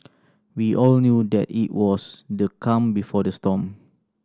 we all knew that it was the calm before the storm